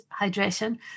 hydration